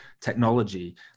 technology